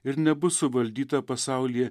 ir nebus suvaldyta pasaulyje